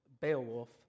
Beowulf